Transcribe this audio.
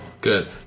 good